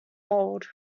old